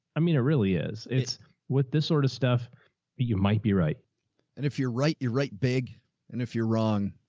i mean, it really is. it's what, this sort of stuff that you might be, right. joe and if you're right, you're right big, and if you're wrong,